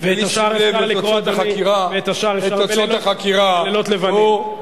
לא נותר אלא לקרוא את השאר ב"בלילות לבנים".